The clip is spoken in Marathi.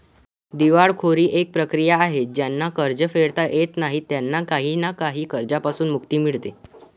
दिवाळखोरी एक प्रक्रिया आहे ज्यांना कर्ज फेडता येत नाही त्यांना काही ना काही कर्जांपासून मुक्ती मिडते